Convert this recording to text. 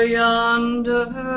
yonder